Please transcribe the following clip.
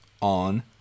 on